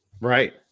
Right